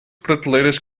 prateleiras